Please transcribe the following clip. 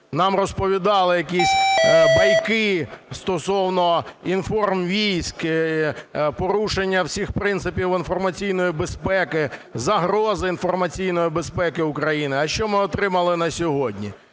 Нам розповідали якісь байки стосовно інформвійськ, порушення всіх принципів інформаційної безпеки, загрози інформаційної безпеки України. А що ми отримали на сьогодні?